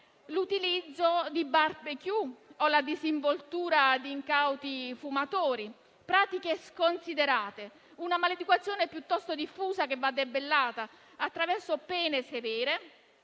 dall'utilizzo di *barbecue* o dalla disinvoltura di incauti fumatori; pratiche sconsiderate e una maleducazione piuttosto diffusa, che vanno debellate attraverso pene severe